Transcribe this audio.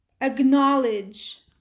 acknowledge